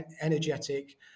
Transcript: energetic